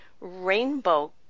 rainbow